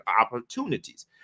opportunities